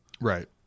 Right